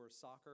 soccer